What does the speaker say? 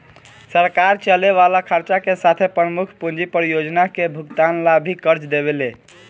सरकार चले वाला खर्चा के साथे प्रमुख पूंजी परियोजना के भुगतान ला भी कर्ज देवेले